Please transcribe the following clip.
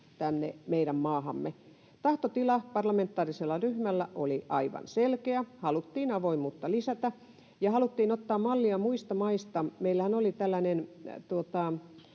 tänne meidän maahamme. Tahtotila parlamentaarisella ryhmällä oli aivan selkeä: haluttiin avoimuutta lisätä ja haluttiin ottaa mallia muista maista. Meillähän oli tällainen